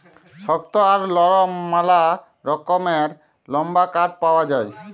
শক্ত আর লরম ম্যালা রকমের লাম্বার কাঠ পাউয়া যায়